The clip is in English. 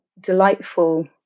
delightful